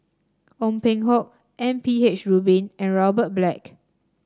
Ong Peng Hock M P H Rubin and Robert Black